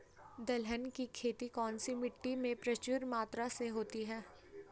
दलहन की खेती कौन सी मिट्टी में प्रचुर मात्रा में होती है?